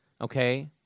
Okay